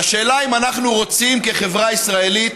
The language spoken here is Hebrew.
והשאלה היא אם אנחנו רוצים בחברה הישראלית